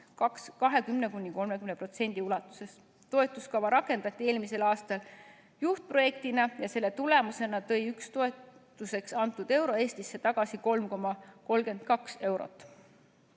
20–30% ulatuses. Toetuskava rakendati eelmisel aastal juhtprojektina ja selle tulemusena tõi iga toetuseks antud euro Eestisse tagasi 3,32 eurot,